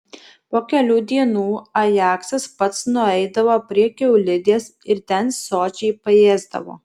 po kelių dienų ajaksas pats nueidavo prie kiaulidės ir ten sočiai paėsdavo